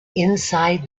inside